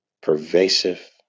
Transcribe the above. pervasive